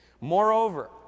Moreover